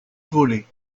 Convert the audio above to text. voler